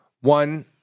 One